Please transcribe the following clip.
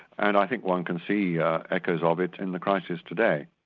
and i think one can see yeah echoes of it in the crisis today.